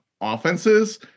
offenses